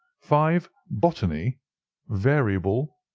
five. botany variable.